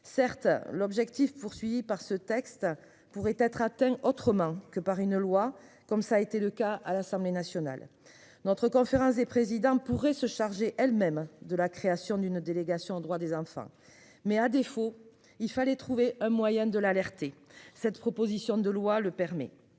Certes l'objectif poursuivi par ce texte pourrait être atteint autrement que par une loi comme ça a été le cas à l'Assemblée nationale. Notre conférence des présidents pourrait se charger elles-mêmes de la création d'une délégation aux droits des enfants. Mais à défaut. Il fallait trouver un moyen de l'alerter. Cette proposition de loi le permet.